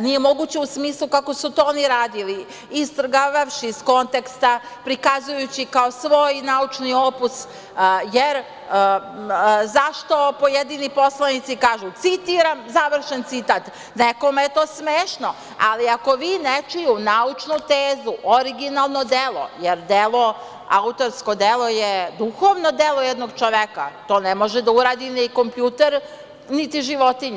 nije moguće u smislu kako su to oni radili, istrgavši iz konteksta, prikazujući kao svoj naučni opus, jer zašto pojedini poslanici kažu - citiram, završen citat, nekome je to smešno, ali ako vi nečiju naučnu tezu, originalno delo, jer autorsko delo je duhovno delo jednog čoveka, to ne može da uradi ni kompjuter, niti životinja.